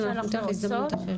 מה שאנחנו עושות,